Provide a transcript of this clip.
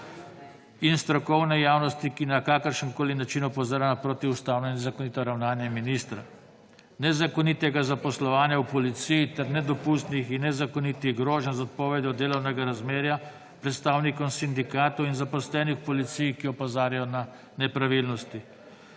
in strokovne javnosti, ki na kakršenkoli način opozarjajo na protiustavno in nezakonito ravnanje ministra; nezakonito zaposlovanje v policiji ter nedopustne in nezakonite grožnje z odpovedjo delovnega razmerja predstavnikov sindikatov in zaposlenih v policiji, ki opozarjajo na nepravilnosti,